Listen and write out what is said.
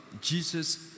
Jesus